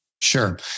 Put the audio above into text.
Sure